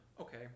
Okay